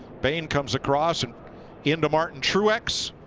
bane comes across and into martin truex.